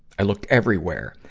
i looked everywhere,